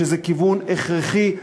שזה כיוון הכרחי.